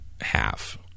half